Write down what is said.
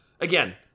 Again